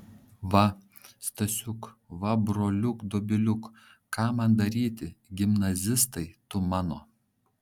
va stasiuk va broliuk dobiliuk ką man daryti gimnazistai tu mano